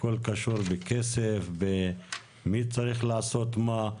הכל קשור בכסף ומי צריך לעשות מה,